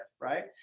right